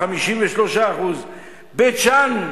53%; בית-שאן,